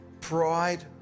pride